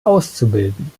auszubilden